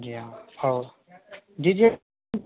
जी हाँ और जी जी